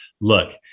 look